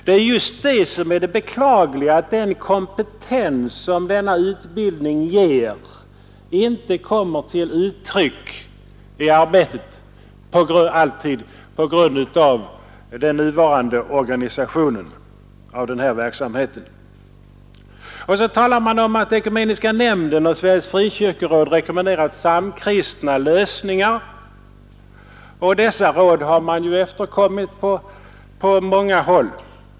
Det beklagliga är just att den kompetens som denna utbildning ger inte alltid kommer till uttryck i arbetet på grund av den nuvarande organisationen av verksamheten. Vidare talar man om att Ekumeniska nämnden och Sveriges frikyrkoråd rekommenderar samkristna lösningar. Dessa rekommendationer har på många håll efterkommits.